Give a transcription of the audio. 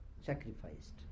sacrificed